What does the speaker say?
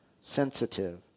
sensitive